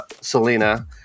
Selena